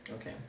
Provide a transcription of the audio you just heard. Okay